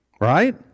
Right